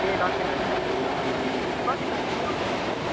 ए डटपेनहरू पनि चाहिएको छ कति प्याकेट जस्तो दादा